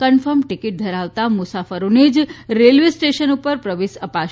confirm ticket ધરાવતા મુસાફરોને જ રેલ્વે સ્ટેશન ઉપર પ્રવેશ અપાશે